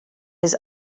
his